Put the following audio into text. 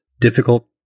Difficult